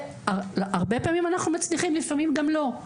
הרבה פעמים אנחנו מצליחים ולפעמים גם לא,